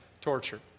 torture